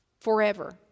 forever